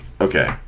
Okay